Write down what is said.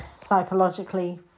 psychologically